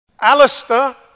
Alistair